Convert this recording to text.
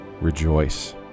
Rejoice